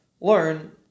learn